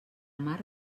mar